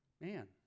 Man